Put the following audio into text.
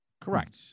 correct